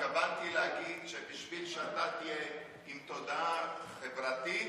התכוונתי להגיד שבשביל שאתה תהיה עם תודעה חברתית,